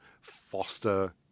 foster